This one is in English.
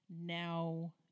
Now